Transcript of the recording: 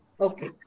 Okay